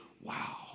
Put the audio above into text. wow